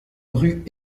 rue